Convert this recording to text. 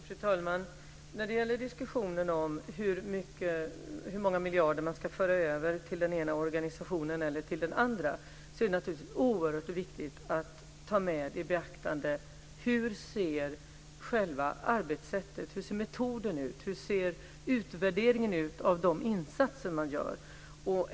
Fru talman! När det gäller diskussionen om hur många miljarder som ska föras över till den ena eller den andra organisationen är det naturligtvis oerhört viktigt att ta i beaktande hur själva arbetssättet, metoden, ser ut och hur utvärderingen ser ut när det gäller de insatser som görs.